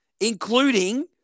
including